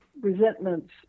resentments